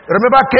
Remember